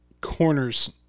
corners